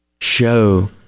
show